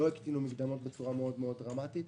לא הקטינו מקדמות בצורה מאוד מאוד דרמטית.